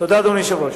תודה, אדוני היושב-ראש.